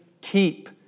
keep